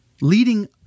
leading